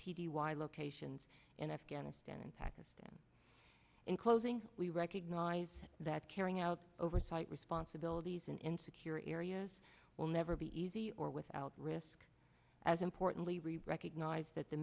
t d y locations in afghanistan and pakistan in closing we recognize that carrying out oversight responsibilities and in secure areas will never be easy or without risk as importantly we recognize that the